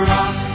Rock